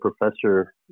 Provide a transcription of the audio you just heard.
professor